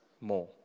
more